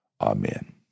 amen